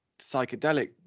psychedelic